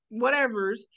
whatevers